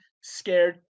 scared